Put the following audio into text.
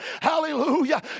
hallelujah